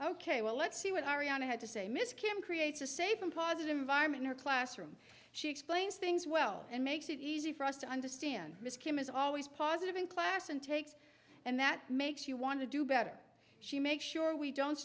ok well let's see what arianna had to say miss kim creates a safe and positive environment her classroom she explains things well and makes it easy for us to understand is always positive in class and takes and that makes you want to do better she make sure we don't